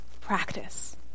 practice